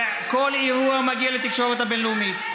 וכל אירוע מגיע לתקשורת הבין-לאומית.